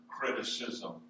criticism